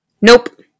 nope